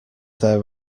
there